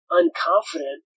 unconfident